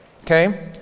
okay